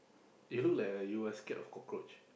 you look like a you are scared of cockroach